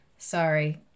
Sorry